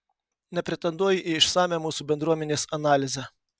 nepretenduoju į išsamią mūsų bendruomenės analizę